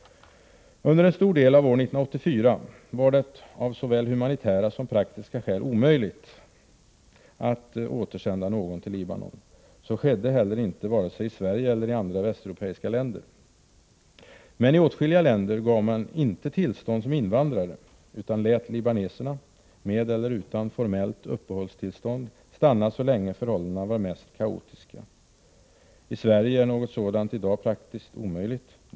Under en stor del av år 1984 var det av såväl humanitära som praktiska skäl omöjligt att återsända någon till Libanon. Så skedde heller inte, vare sig i Sverige eller i andra västeuropeiska länder. Men i åtskilliga länder gav man inte tillstånd som invandrare, utan lät libaneserna — med eller utan formellt uppehållstillstånd — stanna så länge förhållandena var som mest kaotiska. I Sverige är något sådant praktiskt omöjligt i dag.